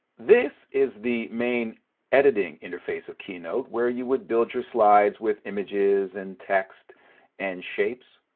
this is the main editing interface of keynote, where you would build your slides with images and text and shapes.